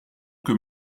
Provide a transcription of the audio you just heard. que